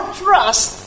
trust